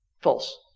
False